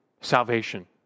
salvation